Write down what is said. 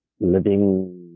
living